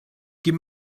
give